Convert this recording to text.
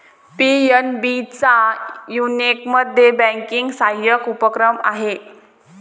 PNB चा यूकेमध्ये banking सहाय्यक उपक्रम आहे